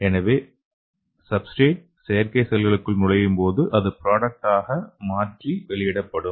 எனவேசப்ஸ்ட்ரேட் செயற்கை செல்களுக்குள் நுழையும் போது அது ப்ராடக்ட் ஆக மாற்றி வெளியிடப்படும்